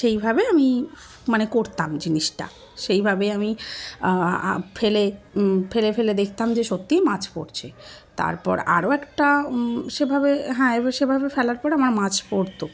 সেইভাবে আমি মানে করতাম জিনিসটা সেইভাবে আমি ফেলে ফেলে ফেলে দেখতাম যে সত্যিই মাছ পড়ছে তারপর আরও একটা সেভাবে হ্যাঁ এ সেভাবে ফেলার পরে আমার মাছ পড়তো